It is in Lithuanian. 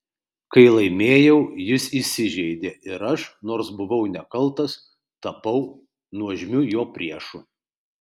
kai laimėjau jis įsižeidė ir aš nors buvau nekaltas tapau nuožmiu jo priešu